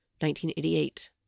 1988